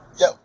yo